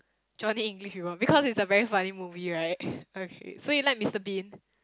Johnny-English-Reborn because it's a very funny movie right okay so you like Mister-Bean